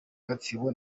gatsibo